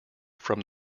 from